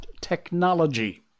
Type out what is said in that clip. technology